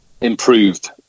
improved